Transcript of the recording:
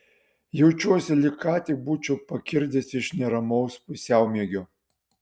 jaučiuosi lyg ką tik būčiau pakirdęs iš neramaus pusiaumiegio